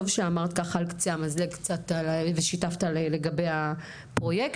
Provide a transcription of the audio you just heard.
טוב שאמרת ככה על קצה המזלג ושיתפת לגבי הפרויקט.